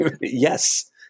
Yes